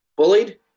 bullied